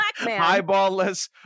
eyeballless